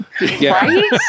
right